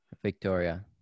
victoria